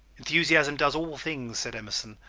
enthusiasm does all things said emerson,